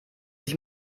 sich